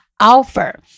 offer